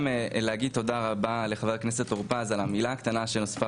להגיד תודה לחבר הכנסת טור פז על המילה הקטנה שנוספה